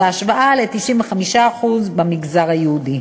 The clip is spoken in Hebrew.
בהשוואה ל-95% במגזר היהודי.